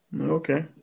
Okay